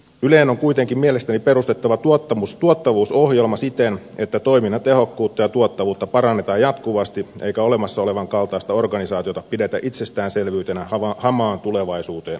yleen on kuitenkin mielestäni perustettava tuottavuusohjelma siten että toiminnan tehokkuutta ja tuottavuutta parannetaan jatkuvasti eikä olemassa olevan kaltaista organisaatiota pidetä itsestäänselvyytenä hamaan tulevaisuuteen asti